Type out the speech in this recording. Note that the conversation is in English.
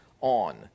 on